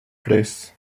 tres